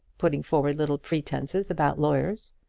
putting forward little pretences about lawyers.